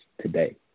today